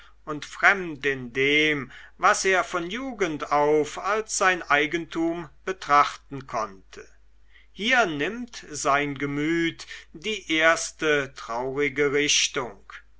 und fremd in dem was er von jugend auf als sein eigentum betrachten konnte hier nimmt sein gemüt die erste traurige richtung